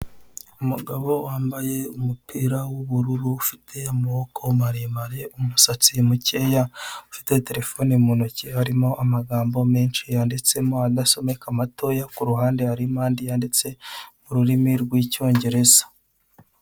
Umugabo wambaye umupira w'ubururu ufite amaboko maremare umusatsi mukeya, ufite terefone mu ntoki harimo amagambo menshi yanditsemo adasomeka matoya ku ruhande harimo andi yanditse mu rurimi rw'icyongereza.